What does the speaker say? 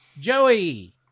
Joey